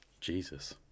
Jesus